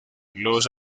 los